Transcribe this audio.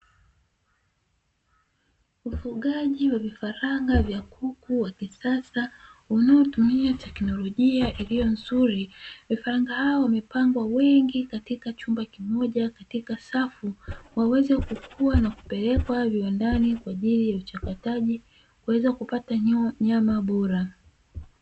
Ufugaji wa vifaranga vya kuku wa kisasa, unaotumia teknolojia iliyo nzuri, vifaranga hao wamepangwa wengi katika chumba kimoja katika safu, waweze kukua na kupelekwa viwandani kwa ajili ya uchakataji, kuweza kupata nyama bora.